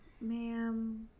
ma'am